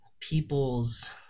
people's